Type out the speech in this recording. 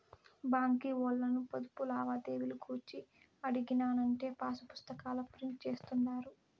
బాంకీ ఓల్లను పొదుపు లావాదేవీలు గూర్చి అడిగినానంటే పాసుపుస్తాకాల ప్రింట్ జేస్తుండారు